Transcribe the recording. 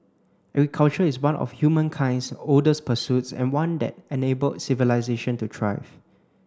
agriculture is one of humankind's oldest pursuits and one that enabled civilisation to thrive